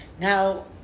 Now